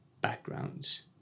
backgrounds